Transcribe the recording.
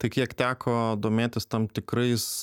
tai kiek teko domėtis tam tikrais